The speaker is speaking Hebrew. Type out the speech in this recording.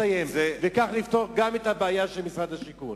וכך נפתור גם את הבעיה של משרד השיכון.